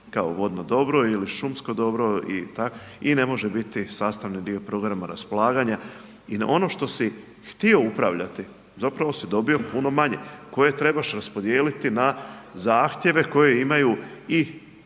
kao vodno dobro ili šumsko dobro i ne može biti sastavni dio programa raspolaganja. I na ono što si htio upravljati zapravo si dobio puno manje koje trebaš raspodijeliti na zahtjeve koje imaju i